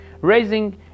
raising